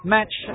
match